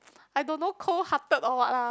I don't know cold hearted or what lah